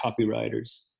copywriters